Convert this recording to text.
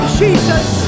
jesus